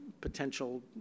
potential